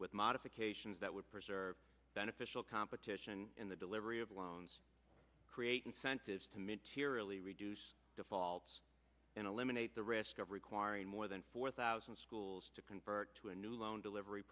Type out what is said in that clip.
with modifications that would preserve beneficial competition in the delivery of loans create incentives to materially reduce defaults and eliminate the risk of requiring more than four thousand schools to convert to a new loan delivery